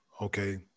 Okay